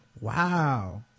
Wow